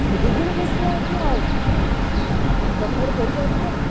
ଦୁଇ ଜଣ କେମିତି ତୋ ପାଖରେ ପଇସା ଅଛି ତ